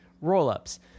roll-ups